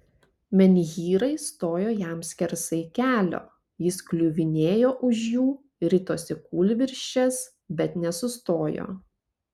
menhyrai stojo jam skersai kelio jis kliuvinėjo už jų ritosi kūlvirsčias bet nesustojo